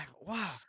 Wow